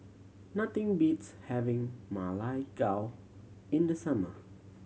nothing beats having Ma Lai Gao in the summer